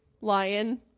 Lion